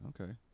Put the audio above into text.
Okay